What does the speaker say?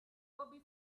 bobby